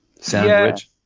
sandwich